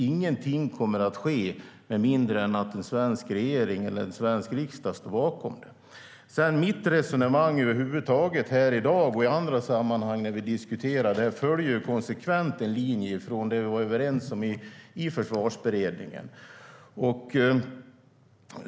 Ingenting kommer att ske med mindre än att en svensk regering eller en svensk riksdag står bakom det. Mitt resonemang i dag och i andra sammanhang följer en konsekvent linje utifrån det som vi var överens om i Försvarsberedningen.